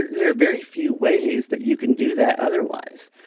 there are very few ways that you can do that otherwise.